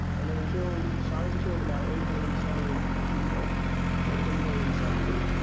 and it killed sars killed about eight hundred and seventy people just eight hundred and seventy,